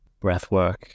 breathwork